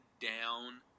down